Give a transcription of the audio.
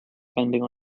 spending